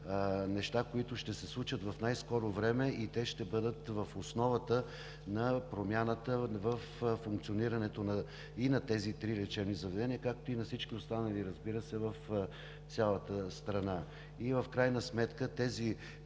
неща, които ще се случат в най-скоро време и те ще бъдат в основата на промяната във функционирането и на тези три лечебни заведения, както и на всички останали, разбира се, в цялата страна. И в крайна сметка тези